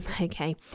okay